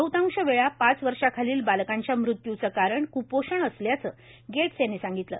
बहतांश वेळा पाच वर्षाखालील बालकांच्या मृत्यूचं कारण क्पोषण असल्याचं गेट्स यांनी सांगितलं